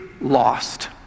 lost